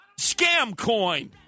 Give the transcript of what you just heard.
ScamCoin